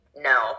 no